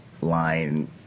line